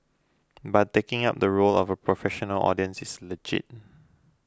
but taking up the role of a professional audience is legit